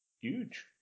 Huge